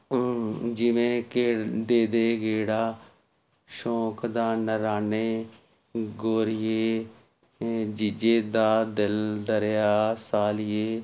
ਜਿਵੇਂ ਕਿ ਦੇਦੇ ਗੇੜਾ ਸ਼ੌਂਕ ਦਾ ਨਨਾਣੇ ਗੋਰੀਏ ਐਂ ਜੀਜੇ ਦਾ ਦਿਲ ਦਰਿਆ ਸਾਲੀਏ